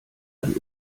dann